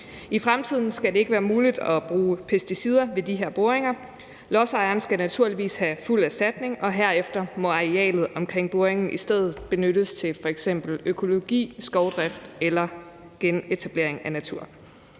I fremtiden skal det ikke være muligt at bruge pesticider ved de her boringer. Lodsejeren skal naturligvis have fuld erstatning, og herefter må arealer omkring boringen i stedet benyttes til f.eks. økologi, skovdrift eller genetablering af natur.